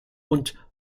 und